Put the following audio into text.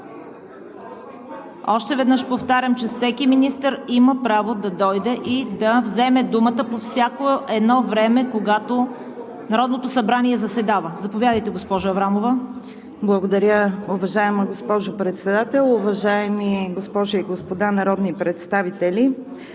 Още веднъж повтарям, че всеки министър има право да дойде и да вземе думата по всяко едно време, когато Народното събрание заседава. Заповядайте, госпожо Аврамова. МИНИСТЪР ПЕТЯ АВРАМОВА: Благодаря, уважаема госпожо Председател. Уважаеми госпожи и господа народни представители!